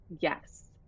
Yes